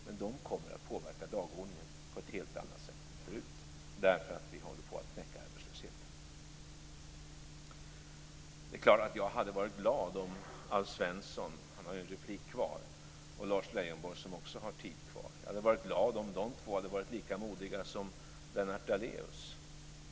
Men de kommer att påverka dagordningen på ett helt annat sätt än förut, därför att vi håller på att knäcka arbetslösheten. Det är klart att jag hade varit glad om Alf Svensson och Lars Leijonborg - de har båda repliktid kvar - hade varit lika modiga som Lennart Daléus.